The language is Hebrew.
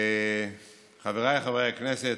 חבריי חברי הכנסת,